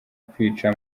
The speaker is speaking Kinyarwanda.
kwica